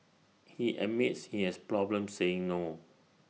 he admits he has problems saying no